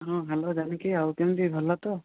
ହଁ ହ୍ୟାଲୋ ଜାନକୀ ଆଉ କେମତି ଭଲ ତ